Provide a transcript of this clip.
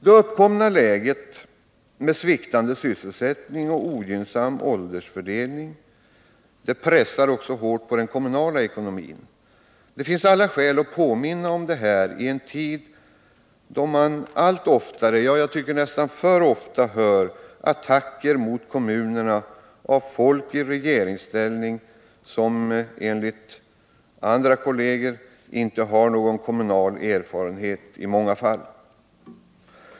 Det uppkomna läget med sviktande sysselsättning och ogynnsam åldersfördelning pressar också hårt på den kommunala ekonomin. Det finns alla skäl att påminna om detta i en tid då man allt oftare — som jag tycker alltför ofta — hör attacker mot kommunerna av folk i regeringsställning som enligt andra kolleger i många fall inte har någon kommunal erfarenhet.